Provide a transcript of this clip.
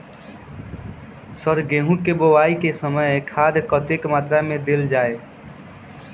Sir गेंहूँ केँ बोवाई केँ समय केँ खाद कतेक मात्रा मे देल जाएँ?